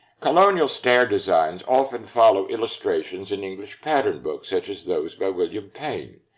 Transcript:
colonial stair designs often follow illustrations in english pattern books, such as those by william pain,